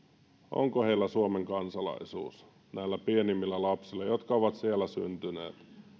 onko heillä suomen kansalaisuus näillä pienimmillä lapsilla jotka ovat siellä syntyneet